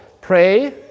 pray